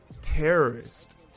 Terrorist